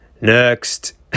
next